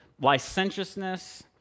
licentiousness